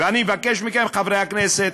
ואני מבקש מכם, חברי הכנסת,